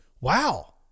Wow